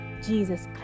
Jesus